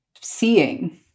seeing